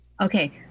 Okay